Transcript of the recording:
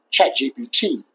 ChatGPT